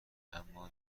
اما